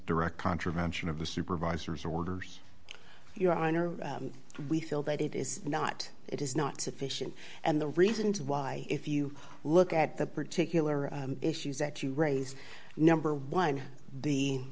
direct contravention of the supervisor's orders your honor we feel that it is not it is not sufficient and the reasons why if you look at the particular issues that you raise number one the